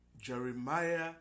Jeremiah